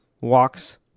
Walks